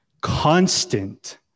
constant